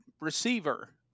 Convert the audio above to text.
receiver